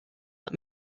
let